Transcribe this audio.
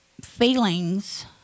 feelings